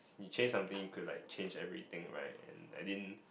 you change something you could like change everything right and I didn't